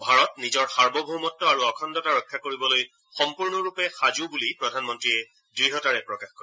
ভাৰত নিজৰ সাৰ্বভৌমত্ব আৰু অখণ্ডতা ৰক্ষা কৰিবলৈ সম্পূৰ্ণ ৰূপে সাজু বুলি প্ৰধানমন্ৰীয়ে দঢ়তাৰে প্ৰকাশ কৰে